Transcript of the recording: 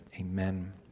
amen